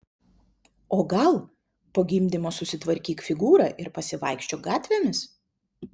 o gal po gimdymo susitvarkyk figūrą ir pasivaikščiok gatvėmis